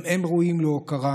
גם הם ראויים להוקרה,